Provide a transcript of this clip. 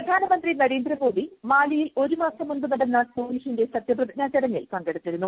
പ്രധാനമന്ത്രി നരേന്ദ്രമോദി മാലിയിൽ ഒരു മാസം മുമ്പ് നടന്ന സോലിഹിന്റെ സത്യപ്രതിജ്ഞാചടങ്ങിൽ പങ്കെടുത്തിരുന്നു